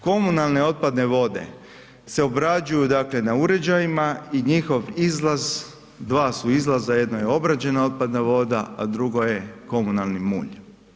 Komunalne otpadne vode se obrađuju dakle na uređajima i njihov izlaz, 2 su izlaza, jedno je obrađena otpadna voda, a drugo je komunalni mulj.